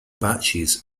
batches